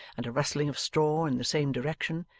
and a rustling of straw in the same direction,